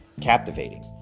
captivating